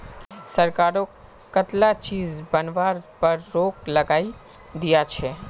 सरकार कं कताला चीज बनावार पर रोक लगइं दिया छे